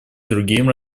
другим